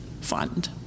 fund